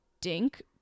dink